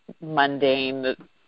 mundane